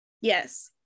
Yes